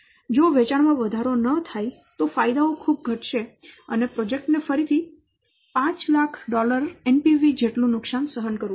જો વેચાણમાં વધારો ન થાય તો ફાયદાઓ ખૂબ ઘટશે અને પ્રોજેક્ટ ને ફરીથી 500000 NPV જેટલું નુકસાન સહન કરવું પડશે